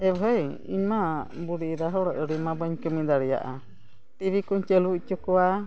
ᱮ ᱵᱷᱟᱹᱭ ᱤᱧᱢᱟ ᱵᱩᱰᱦᱤ ᱮᱨᱟ ᱦᱚᱲ ᱟᱹᱰᱤᱢᱟ ᱵᱟᱹᱧ ᱠᱟᱹᱢᱤ ᱫᱟᱲᱮᱭᱟᱜᱼᱟ ᱴᱤᱵᱷᱤ ᱠᱚᱧ ᱪᱟᱹᱞᱩ ᱦᱚᱪᱚ ᱠᱚᱣᱟ